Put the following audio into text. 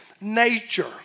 nature